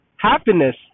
happiness